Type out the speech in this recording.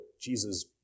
Jesus